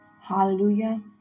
Hallelujah